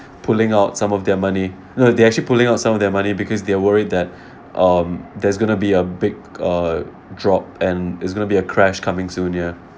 pulling out some of their money uh they're actually pulling out some of their money because they're worried that um there's gonna be a big uh drop and it's going to be a crash coming soon ya